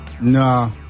Nah